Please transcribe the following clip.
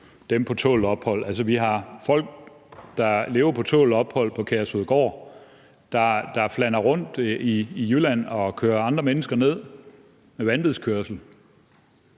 dem på tålt ophold? Altså, vi har folk, der lever på tålt ophold på Kærshovedgård og flaner rundt i Jylland og kører andre mennesker ned med vanvidskørsel,